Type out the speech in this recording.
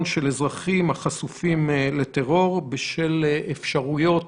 של אזרחים החשופים לטרור בשל אפשרויות